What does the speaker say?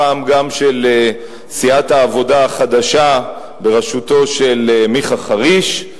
הפעם גם של סיעת העבודה החדשה בראשותו של מיכה חריש,